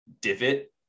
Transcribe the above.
divot